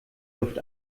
luft